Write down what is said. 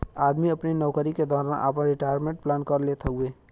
आदमी अपने नउकरी के दौरान आपन रिटायरमेंट प्लान कर लेत हउवे